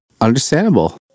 Understandable